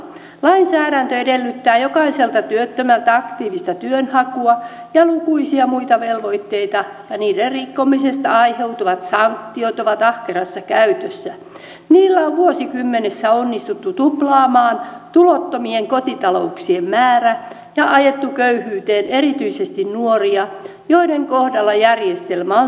lainsäädäntö edellyttää jokaiselta työttömältä aktiivista työnhakua ja lukuisia muita velvoitteita ja niiden rikkomisesta aiheutuvat sanktiot ovat ahkerassa käytössä niillä on vuosikymmenessä onnistuttu tuplaamaan tulottomien kotitalouksien määrä ja ajettu köyhyyteen erityisesti nuoria joiden kohdalla järjestelmä on tiukin